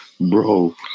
bro